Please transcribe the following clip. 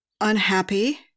unhappy